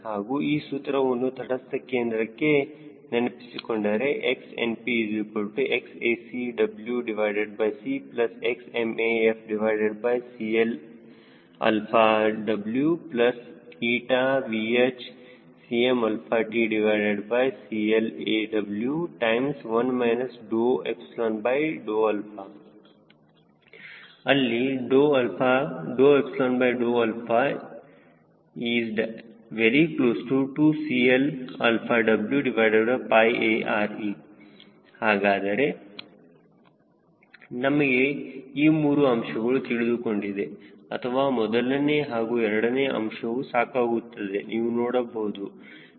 ಹಾಗೂ ಈ ಸೂತ್ರವನ್ನು ತಟಸ್ಥ ಕೇಂದ್ರಕ್ಕೆ ನೆನಪಿಸಿಕೊಂಡರೆ XNPXacWcCmfCLWVHCmtCLW1 ಅಲ್ಲಿ 2CLWARe ಹಾಗಾದರೆ ನಿಮಗೆ ಈ ಮೂರು ಅಂಶಗಳು ತಿಳಿದುಕೊಂಡಿದೆ ಅಥವಾ ಮೊದಲನೇ ಹಾಗೂ ಎರಡನೇ ಅಂಶವು ಸಾಕಾಗುತ್ತದೆ ನೀವು ನೋಡಬಹುದು